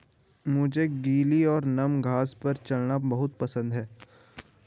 मुझे गीली और नम घास पर चलना बहुत पसंद है